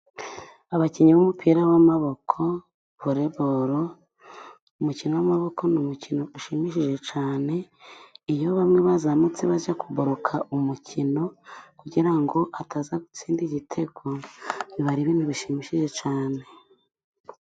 Abakinnyi b'umupira w'amaboko vore boro, umukino w'amaboko ni umukino ushimishije cyane. Iyo bamwe bazamutse bajya kuboroka umukino kugira ngo ataza gutsinda igitego biba ari ibintu bishimishije cyane.